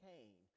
Cain